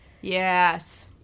Yes